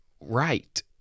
right